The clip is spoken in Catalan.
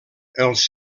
els